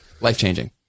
life-changing